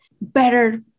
better